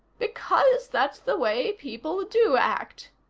because that's the way people do act,